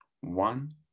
one